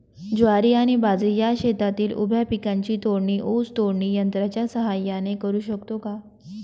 ज्वारी आणि बाजरी या शेतातील उभ्या पिकांची तोडणी ऊस तोडणी यंत्राच्या सहाय्याने करु शकतो का?